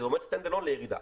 כי זה עומד stand alone לירידה.